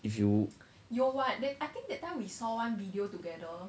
if you